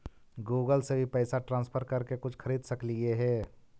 Google से भी पैसा ट्रांसफर कर के कुछ खरिद सकलिऐ हे?